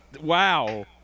Wow